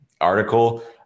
article